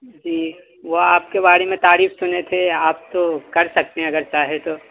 جی وہ آپ کے بارے میں تعریف سنے تھے آپ تو کر سکتے ہیں اگر چاہیں تو